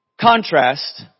Contrast